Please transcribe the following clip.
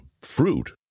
Fruit